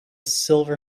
silver